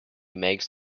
makes